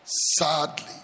sadly